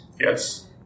Yes